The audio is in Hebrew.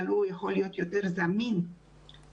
אבל הוא יכול להיות יותר זמין ויעיל